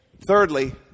Thirdly